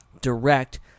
direct